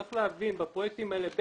צריך להבין שבפרויקטים האלה,